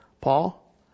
Paul